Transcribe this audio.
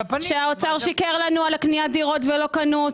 שהאוצר שיקר לנו על קניית הדירות ולא קנו.